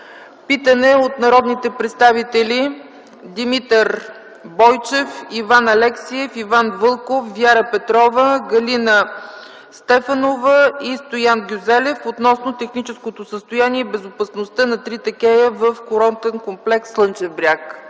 Питане от народните представители Димитър Бойчев, Иван Алексиев, Иван Вълков, Вяра Петрова, Галина Стефанова и Стоян Гюзелев относно техническото състояние и безопасността на трите кея в курортния комплекс „Слънчев бряг”.